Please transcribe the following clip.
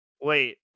Wait